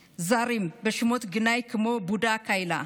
זרים, ובשמות גנאי כמו (אומרת באמהרית ומתרגמת:)